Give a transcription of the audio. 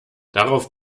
darauf